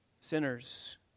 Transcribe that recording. sinners